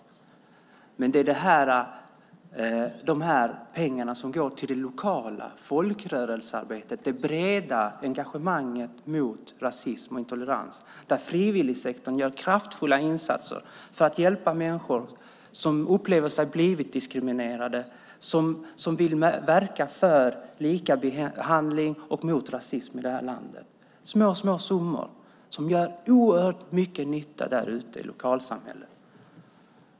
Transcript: Det kan låta som små summor, men det är de pengar som går till det lokala folkrörelsearbetet och det breda engagemanget mot rasism och intolerans. Där gör frivilligsektorn kraftfulla insatser för att hjälpa människor som upplever sig ha blivit diskriminerade och som vill verka för likabehandling och mot rasism i det här landet. Det är små, små summor som gör oerhört mycket nytta därute i lokalsamhället.